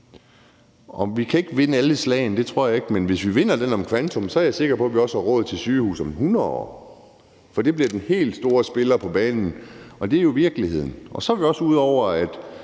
vi kan vinde alle slagene, men hvis vi vinder det om kvanteteknologi, er jeg sikker på, at vi også har råd til sygehuse om hundrede år, for det bliver den helt store spiller på banen. Det er jo virkeligheden, og så er vi også ude over det